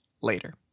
later